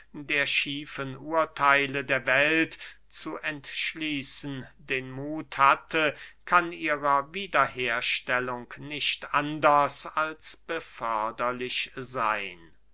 der schiefen urtheile der welt zu entschließen den muth hatte kann ihrer wiederherstellung nicht anders als beförderlich seyn